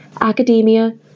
academia